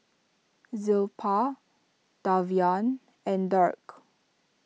Zilpah Davian and Dirk